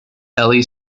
eli